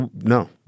no